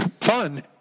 fun